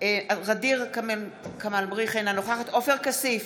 ע'דיר כמאל מריח, אינה נוכחת עופר כסיף,